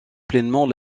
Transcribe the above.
pleinement